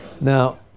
Now